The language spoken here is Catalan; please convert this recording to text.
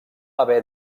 haver